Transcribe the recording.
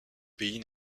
pays